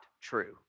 true